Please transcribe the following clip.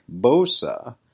Bosa